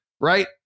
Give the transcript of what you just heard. right